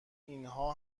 اینها